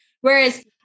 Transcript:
Whereas